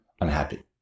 unhappy